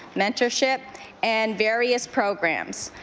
mentorship and various programs.